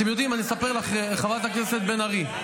אתם יודעים, אני אספר לך, חברת הכנסת בן ארי.